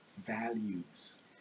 values